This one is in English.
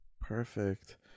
Perfect